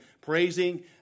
praising